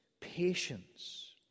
patience